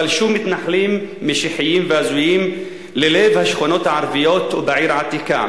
פלשו מתנחלים משיחיים והזויים ללב השכונות הערביות בעיר העתיקה,